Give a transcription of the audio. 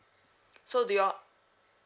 so do you all